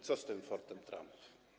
Co z tym Fortem Trump?